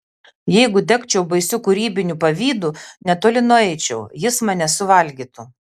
jeigu degčiau baisiu kūrybiniu pavydu netoli nueičiau jis mane suvalgytų